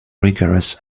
rigorous